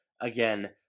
again